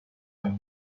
انگور